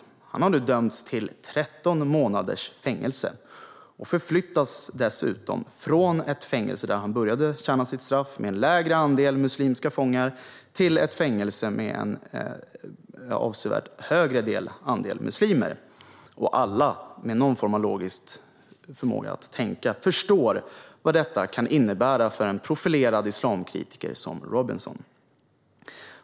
Han har nu dömts till 13 månaders fängelse. Han förflyttas dessutom nu från det fängelse där han började avtjäna sitt straff som har en lägre andel muslimska fångar till ett fängelse med en avsevärt högre andel muslimer. Alla med någon form av logisk förmåga att tänka förstår vad detta kan innebära för en profilerad islamkritiker som Robinson.